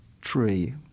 tree